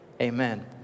Amen